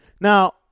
Now